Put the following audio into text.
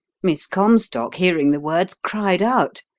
miss comstock, hearing the words, cried out,